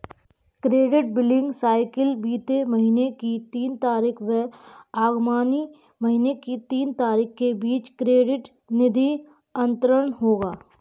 credit billing cycle बीते महीने की तीन तारीख व आगामी महीने की तीन तारीख के बीच क्रेडिट निधि अंतरण होगा